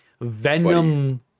venom